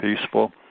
peaceful